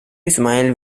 ismael